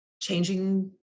changing